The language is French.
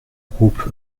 groupe